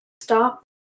stop